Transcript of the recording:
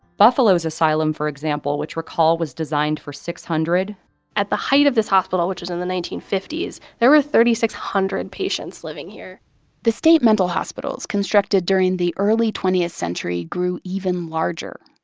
buffalo's asylum, for example, which, recall, was designed for six hundred at the height of this hospital, which was in the nineteen fifty s, there were three thousand six hundred patients living here the state mental hospitals constructed during the early twentieth century grew even larger,